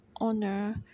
honor